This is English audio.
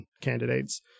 candidates